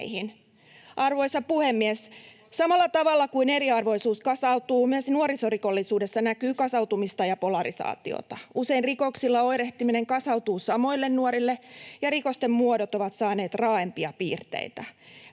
Arvoisa puhemies! Samalla tavalla kuin eriarvoisuus kasautuu, myös nuorisorikollisuudessa näkyy kasautumista ja polarisaatiota. Usein rikoksilla oirehtiminen kasautuu samoille nuorille, ja rikosten muodot ovat saaneet raaempia piirteitä.